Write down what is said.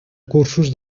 cursos